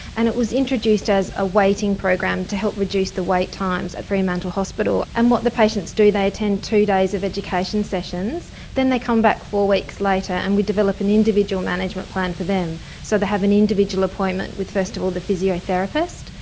and it was introduced as a waiting program to help reduce the wait times at fremantle hospital. and what the patients do, they attend two days of education sessions, then they come back four weeks later and we develop an individual management plan for them. so they have an individual appointment with first of all the physiotherapist,